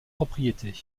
propriété